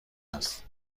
است